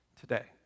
today